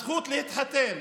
הזכות להתחתן